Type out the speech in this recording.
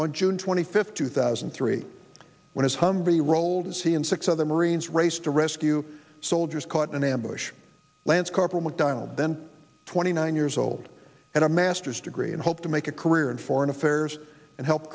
on june twenty fifth two thousand and three when his humvee rolled as he and six other marines raced to rescue soldiers caught an ambush lance corporal mcdonald then twenty nine years old and a master's degree in hope to make a career in foreign affairs and help